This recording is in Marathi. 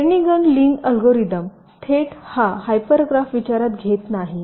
केर्निघन लिन अल्गोरिदम थेट हा हायपर ग्राफ विचारात घेत नाही